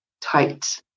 tight